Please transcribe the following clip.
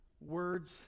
Words